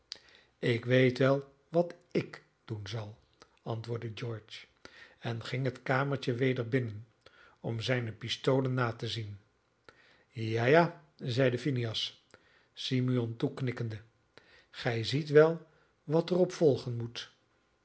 ik weet wel wat ik doen zal antwoordde george en ging het kamertje weder binnen om zijne pistolen na te zien ja ja zeide phineas simeon toeknikkende gij ziet wel wat er op volgen moet